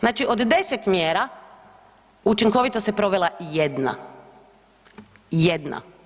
Znači od 10 mjera, učinkovito se provela jedna.